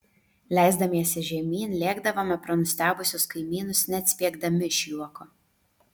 leisdamiesi žemyn lėkdavome pro nustebusius kaimynus net spiegdami iš juoko